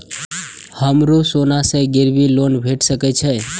हमरो सोना से गिरबी लोन भेट सके छे?